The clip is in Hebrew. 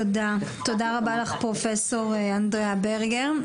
תודה רבה לך, פרופ' ברגר.